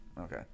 Okay